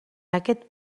aquest